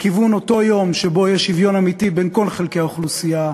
לכיוון אותו יום שבו יהיה שוויון אמיתי בין כל חלקי האוכלוסייה,